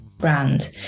brand